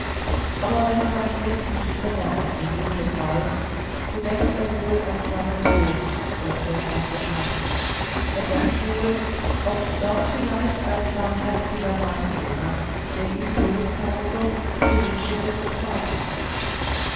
aber wenn sein blick mit kummer auf dem jüngling weilt so denkt er wohl an seinen sohn der in der fremde schmachtet er denkt wohl ob dort vielleicht ein barmherziger mann wohne der ihn loskaufe und zurückschicke zum vater